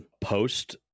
post